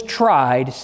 tried